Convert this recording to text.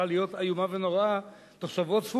הפכה להיות איומה ונוראה תוך שבועות ספורים,